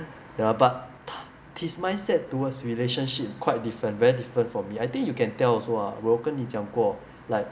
ya but his mind-set towards relationship quite different very different from me I think you can tell also lah 我有跟你讲过 like